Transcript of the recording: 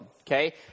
Okay